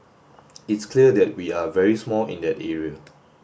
it's clear that we are very small in that area